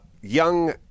young